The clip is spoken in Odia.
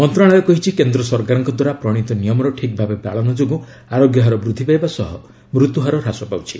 ମନ୍ତ୍ରଣାଳୟ କହିଛି କେନ୍ଦ୍ ସରକାରଙ୍କ ଦ୍ୱାରା ପ୍ରଣୀତ ନିୟମର ଠିକ୍ ଭାବେ ପାଳନ ଯୋଗୁଁ ଆରୋଗ୍ୟ ହାର ବୃଦ୍ଧି ପାଇବା ସହ ମୃତ୍ୟୁହାର ହାସ ପାଉଛି